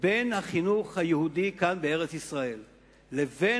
בין החינוך היהודי כאן בארץ-ישראל לבין